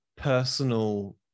personal